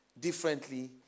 differently